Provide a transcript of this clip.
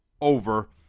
over